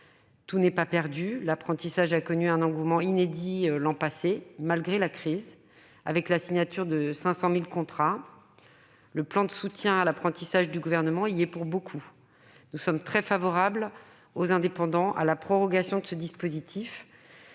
Tout n'est pas perdu : l'apprentissage a connu un engouement inédit l'année dernière, malgré la crise, avec la signature de 500 000 contrats. Le plan de soutien à l'apprentissage du Gouvernement y est pour beaucoup. Notre groupe est très favorable à la prolongation de ce dispositif